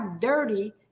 dirty